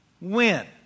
win